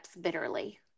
bitterly